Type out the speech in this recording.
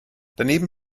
daneben